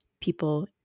people